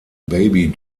baby